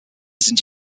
sind